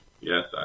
yes